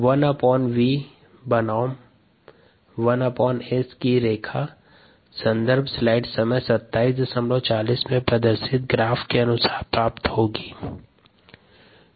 1v बनाम 1S की रेखा स्लाइड समय 2740 में प्रदर्शित ग्राफ के अनुसार प्राप्त होगी